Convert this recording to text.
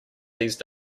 these